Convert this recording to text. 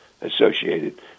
associated